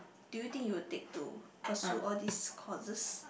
do you think you will take to pursue all these courses